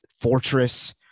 fortress